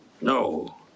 No